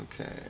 Okay